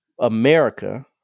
America